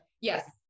Yes